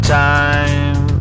time